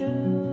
true